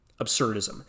absurdism